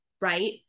Right